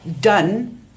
Done